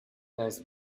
nice